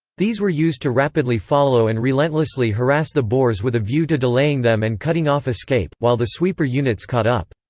these were used to rapidly follow and relentlessly harass the boers with a view to delaying them and cutting off escape, while the sweeper units caught up.